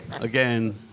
again